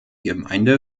gemeinde